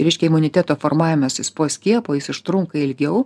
ryškia imuniteto formavimasis po skiepo jis užtrunka ilgiau